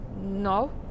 No